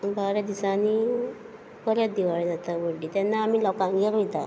बारा दिसांनी परत दिवाळी जाता व्हडली तेन्ना आमी लोकांगेर वयता